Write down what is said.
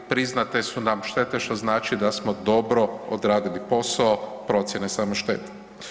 Priznate su nam štete što znači da smo dobro odradili posao procjene samo štete.